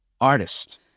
artist